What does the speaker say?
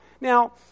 Now